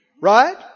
Right